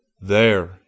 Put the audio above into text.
There